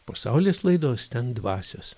po saulės laidos ten dvasios